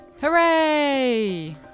Hooray